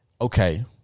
Okay